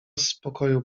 spokoju